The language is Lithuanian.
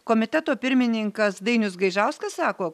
komiteto pirmininkas dainius gaižauskas sako